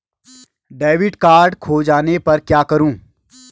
Debit card खो जाने पर क्या करूँ?